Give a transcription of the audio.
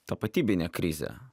tapatybinė krizė